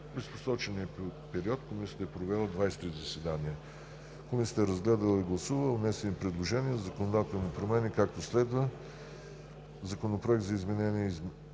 През посочения период Комисията е провела 23 заседания. Комисията е разгледала и гласувала внесени предложения за законодателни промени, както следва: - Законопроект за изменение